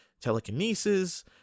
telekinesis